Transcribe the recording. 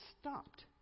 stopped